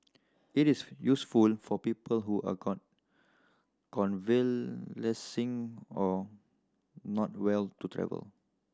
it is useful for people who are convalescing or not well to travel